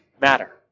matter